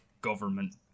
government